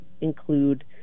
include